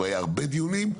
והיו הרבה דיונים,